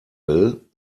will